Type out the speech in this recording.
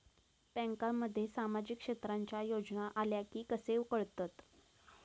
बँकांमध्ये सामाजिक क्षेत्रांच्या योजना आल्या की कसे कळतत?